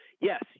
yes